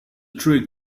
trick